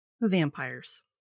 vampires